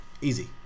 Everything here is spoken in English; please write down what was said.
Easy